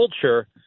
culture